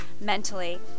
mentally